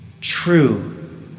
True